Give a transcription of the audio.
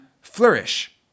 flourish